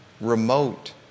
remote